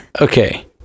Okay